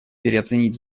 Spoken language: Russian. переоценить